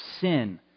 sin